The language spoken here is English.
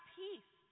peace